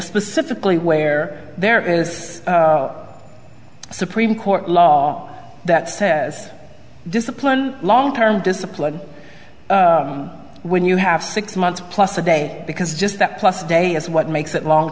specifically where there is a supreme court law that says discipline long term discipline when you have six months plus a day because just that plus a day is what makes that long